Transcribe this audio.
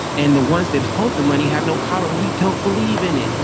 and the ones that hold the money have no power, we don't believe in it.